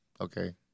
okay